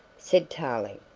said tarling,